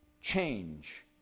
change